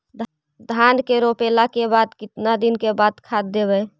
धान के रोपला के केतना दिन के बाद खाद देबै?